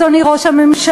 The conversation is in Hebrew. אדוני ראש הממשלה,